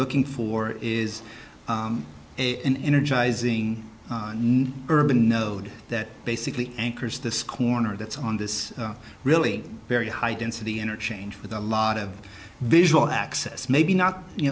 looking for is in energizing new urban node that basically anchors this corner that's on this really very high density interchange with a lot of visual access maybe not you